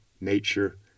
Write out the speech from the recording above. nature